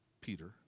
Peter